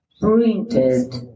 printed